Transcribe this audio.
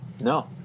No